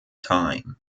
time